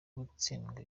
gutsindwa